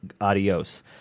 Adios